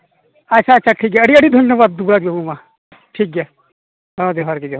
ᱟᱪᱪᱷᱟ ᱟᱪᱪᱷᱟ ᱴᱷᱤᱠ ᱜᱮᱭᱟ ᱟᱹᱰᱤ ᱟᱹᱰᱤ ᱫᱷᱚᱱᱱᱚᱵᱟᱫᱽ ᱫᱩᱵᱽᱨᱟᱡᱽ ᱵᱟᱹᱵᱩ ᱢᱟ ᱴᱷᱤᱠ ᱜᱮᱭᱟ ᱡᱚᱦᱟᱨ ᱜᱮ ᱡᱚᱦᱟᱨ ᱜᱮ